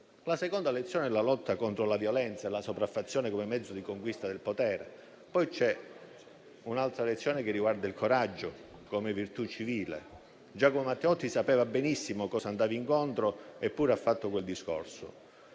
La seconda lezione è la lotta contro la violenza e la sopraffazione come mezzi di conquista del potere. Vi è poi un'altra lezione, che riguarda il coraggio come virtù civile: Giacomo Matteotti sapeva benissimo a cosa andava incontro, eppure fece quel discorso;